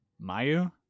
Mayu